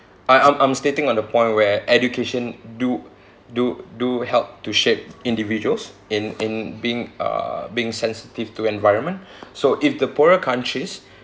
I I'm I'm stating on the point where education do do do help to shape individuals in in being uh being sensitive to environment so if the poorer countries